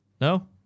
No